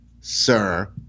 sir